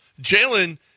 Jalen